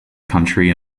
country